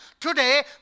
Today